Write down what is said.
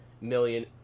million